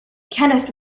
kenneth